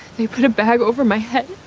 they put a bag over my head.